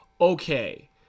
okay